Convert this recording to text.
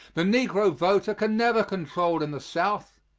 the negro voter can never control in the south,